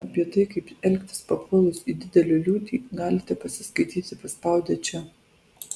apie tai kaip elgtis papuolus į didelę liūtį galite pasiskaityti paspaudę čia